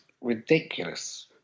ridiculous